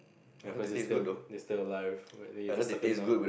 ya because it is still it still alive then you have to suck them down